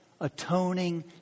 atoning